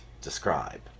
describe